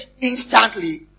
instantly